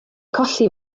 colli